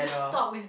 just stop with